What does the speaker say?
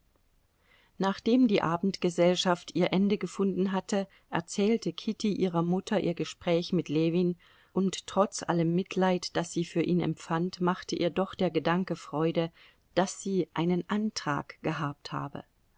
nachdem die abendgesellschaft ihr ende gefunden hatte erzählte kitty ihrer mutter ihr gespräch mit ljewin und trotz allem mitleid das sie für ihn empfand machte ihr doch der gedanke freude daß sie einen antrag gehabt habe